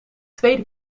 tweede